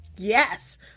Yes